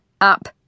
up